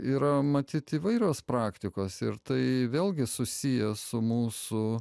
yra matyt įvairios praktikos ir tai vėlgi susiję su mūsų